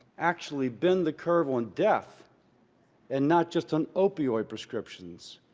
actually bend the curve on death and not just on opioid prescriptions,